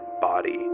Body